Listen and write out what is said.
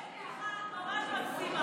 יש לי בדיחה ממש מקסימה.